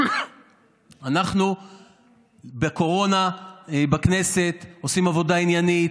אנחנו בקורונה בכנסת עושים עבודה עניינית,